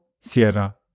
Sierra